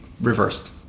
reversed